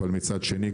אבל מצד שני,